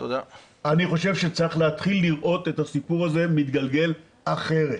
אני חושב שצריך להתחיל לראות את הסיפור הזה מתגלגל אחרת.